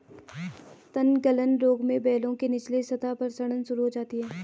तनगलन रोग में बेलों के निचले सतह पर सड़न शुरू हो जाती है